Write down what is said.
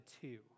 two